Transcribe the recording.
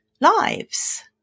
lives